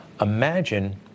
Imagine